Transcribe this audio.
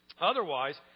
Otherwise